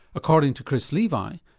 according to chris levi,